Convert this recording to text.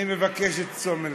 אני מבקש את תשומת,